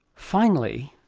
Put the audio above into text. finally,